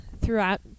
throughout